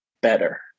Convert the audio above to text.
better